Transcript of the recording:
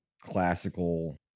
classical